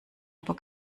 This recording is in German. aber